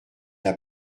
n’a